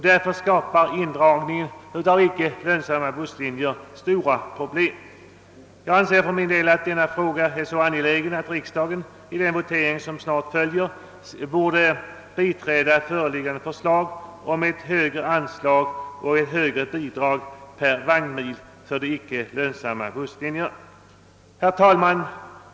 Därför skapar indragning av icke lönsamma busslinjer stora problem. Jag anser för min del denna fråga vara så angelägen att riksdagen vid den votering som snart följer borde biträda föreliggande förslag om ett högre bidrag per vagnmil för de icke lönsamma busslinjerna. Herr talman!